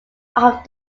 off